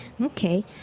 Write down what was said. Okay